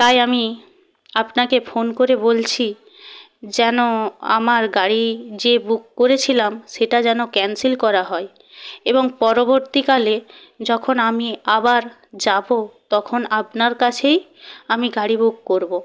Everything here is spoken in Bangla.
তাই আমি আপনাকে ফোন করে বলছি যেন আমার গাড়ি যে বুক করেছিলাম সেটা যেন ক্যান্সেল করা হয় এবং পরবর্তীকালে যখন আমি আবার যাবো তখন আপনার কাছেই আমি গাড়ি বুক করবো